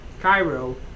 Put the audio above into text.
Cairo